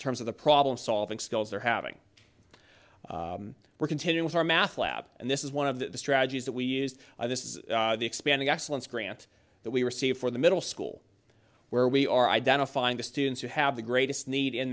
terms of the problem solving skills they're having we're continuing our math lab and this is one of the strategies that we use this is the expanding excellence grant that we receive for the middle school where we are identifying the students who have the greatest need in